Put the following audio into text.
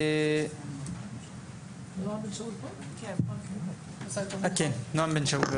נועה בן שאול, אקים ישראל.